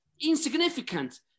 insignificant